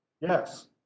Yes